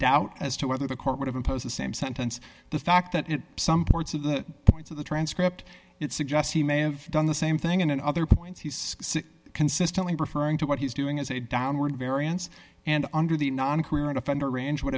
doubt as to whether the court would have imposed the same sentence the fact that in some parts of the points of the transcript it suggests he may have done the same thing and in other points he's consistently referring to what he's doing is a downward variance and under the non career and offender range would